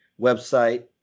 website